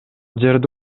жерде